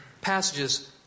passages